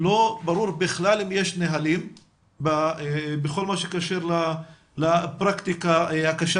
לא ברור בכלל אם יש נהלים בכל מה שקשור לפרקטיקה הקשה